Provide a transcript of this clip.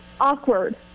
awkward